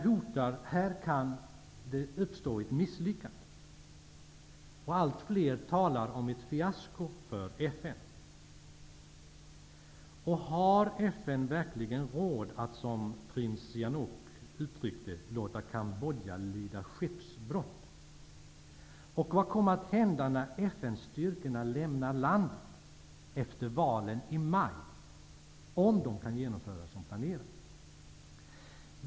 Här kan det uppstå ett misslyckande, och allt fler talar om ett fiasko för FN. Har FN verkligen råd att, som prins Sihanouk uttryckt det, låta Kambodja lida skeppsbrott? Och vad kommer att hända när FN:s styrkor lämnar landet efter valen i maj, om dessa kan genomföras som planeras?